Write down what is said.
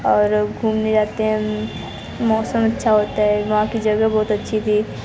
और घूमने जाते हैं मौसम अच्छा होता है वहाँ कि जगह बहुत अच्छी थी